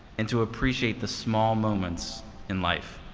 and to appreciate the small moments in life.